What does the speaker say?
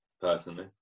personally